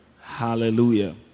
Hallelujah